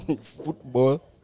football